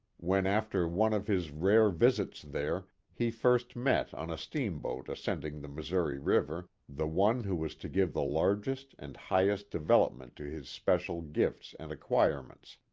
when, after one of his rare visits there, he first met on a steamboat ascending the missouri river the one who was to give the largest and highest de velopment to his special gifts and acquirements,